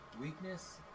Weakness